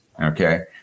Okay